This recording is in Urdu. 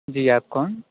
جی آپ کون